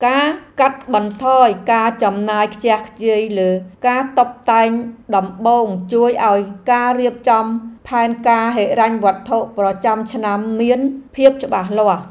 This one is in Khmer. ការកាត់បន្ថយការចំណាយខ្ជះខ្ជាយលើការតុបតែងដំបូងជួយឱ្យការរៀបចំផែនការហិរញ្ញវត្ថុប្រចាំឆ្នាំមានភាពច្បាស់លាស់។